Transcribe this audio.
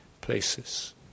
places